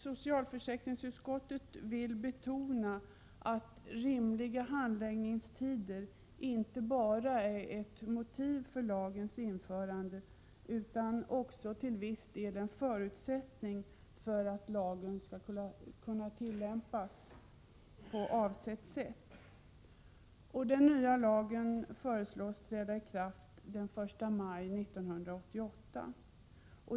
Socialförsäkringsutskottet vill dock betona att rimliga handläggningstider inte bara är ett motiv för lagens införande utan också till viss del är en förutsättning för att lagen skall kunna tillämpas på avsett sätt. Den nya lagen föreslås träda i kraft den 1 maj 1988.